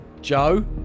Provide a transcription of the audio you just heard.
Joe